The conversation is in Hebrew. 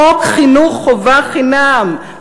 חוק חינוך חובה חינם,